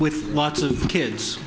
with lots of kids